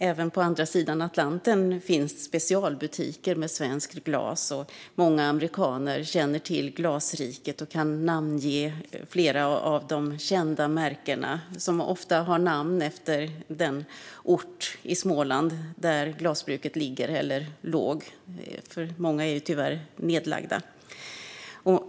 Även på andra sidan Atlanten finns specialbutiker med svenskt glas. Många amerikaner känner till glasriket och kan namnge flera av de kända märkena, som ofta har namn efter den ort i Småland där glasbruket ligger eller låg - många är ju tyvärr nedlagda.